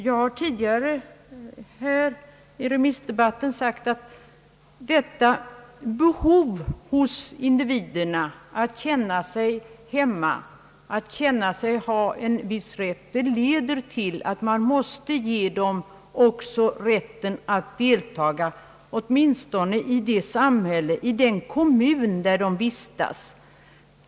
Jag har tidigare, under remissdebatten, sagt att detta behov hos individerna att känna sig hemma, det leder till att man också måste ge dem rätten att delta i samhällslivet åtminstone i den kommun där de vistas.